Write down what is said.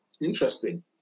Interesting